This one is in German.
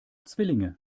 zwillinge